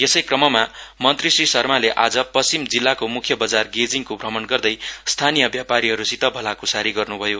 यसैक्रममा मन्त्री श्री शर्माले आज पश्चिम जिल्लाको मुख्य बजार गेजिङको भ्रमण गर्दै स्थानीय व्यापारीहरूसित भलाकुसारी गर्नुभयो